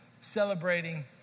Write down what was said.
celebrating